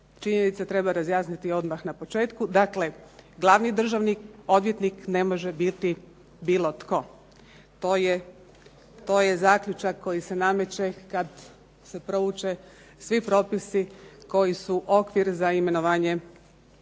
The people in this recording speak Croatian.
činjenice treba razjasniti odmah na početku. Dakle, glavni državni odvjetnik ne može biti bilo tko. To je zaključak koji se nameće kad se prouče svi propisi koji su okvir za imenovanje,